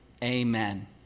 Amen